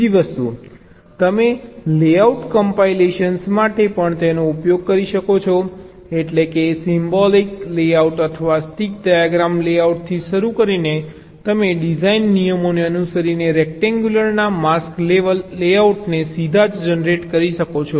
બીજી વસ્તુ તમે લેઆઉટ કમ્પાઇલેશન માટે પણ તેનો ઉપયોગ કરી શકો છો એટલે કે સિમ્બોલિક લેઆઉટ અથવા સ્ટીક ડાયાગ્રામ લેઆઉટથી શરૂ કરીને તમે ડિઝાઇન નિયમોને અનુસરીને રેક્ટેન્ગ્યુલરના માસ્ક લેવલ લેઆઉટને સીધા જ જનરેટ કરી શકો છો